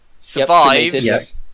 Survives